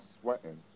sweating